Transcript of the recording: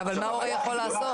אבל מה ההורה יכול לעשות?